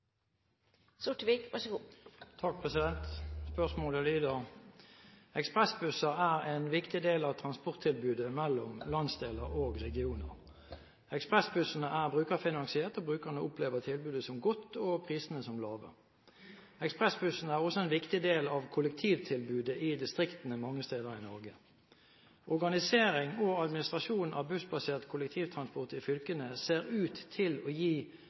igjennom, og så får vi komme tilbake til på hvilken måte neste års reguleringer skal skje. Spørsmålet lyder: «Ekspressbusser er en viktig del av transporttilbudet mellom landsdeler og regioner. Ekspressbussene er brukerfinansiert, og brukerne opplever tilbudet som godt og prisene som lave. Ekspressbussene er også en viktig del av kollektivtilbudet i distriktene mange steder i Norge. Organisering og administrasjon av bussbasert kollektivtransport i fylkene ser ut til å gi